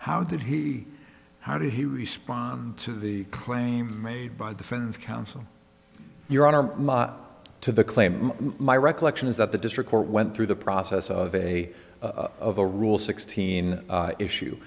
how did he how did he respond to the claim made by the friends counsel your honor to the claim my recollection is that the district court went through the process of a of a rule sixteen issue